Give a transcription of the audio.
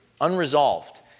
unresolved